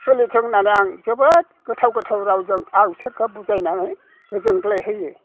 सोलिथों होननानै आं जोबोद गोथाव गोथाव रावजों आं बिसोरखौ बुजायनानै गोजोनग्लाय होयो